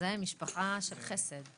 זו משפחה של חסד.